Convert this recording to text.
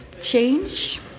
change